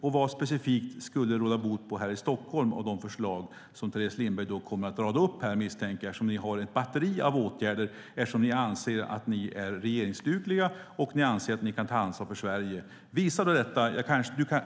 Och vad skulle de förslag som jag då misstänker att Teres Lindberg kommer att rada upp här specifikt råda bot på här i Stockholm med? Ni har väl ett batteri av åtgärder eftersom ni anser att ni är regeringsdugliga och att ni kan ta ansvar för Sverige. Visa då detta!